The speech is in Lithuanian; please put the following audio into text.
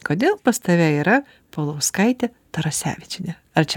kodėl pas tave yra paulauskaitė tarasevičienė ar čia